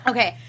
Okay